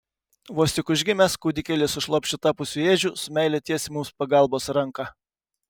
vos tik užgimęs kūdikėlis iš lopšiu tapusių ėdžių su meile tiesia mums pagalbos ranką